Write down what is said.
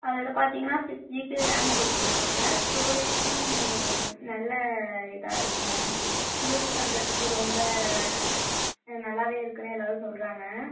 அதோட பார்த்திங்கனா six GB RAM கொடுத்துருக்காங்க ஸ்டோரேஜும் நல்ல இதாக இருக்குது மேம் யூஸ் பண்ணுறத்துக்கு ரொம்ப ஏ நல்லாவே இருக்குனு எல்லோரும் சொல்கிறாங்க